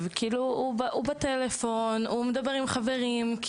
ובמקום זה מתעסק בטלפון ומדבר עם חברים.